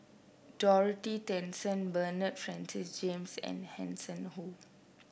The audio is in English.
Dorothy Tessensohn Bernard Francis James and Hanson Ho